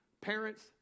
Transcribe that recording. parents